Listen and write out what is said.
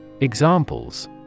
Examples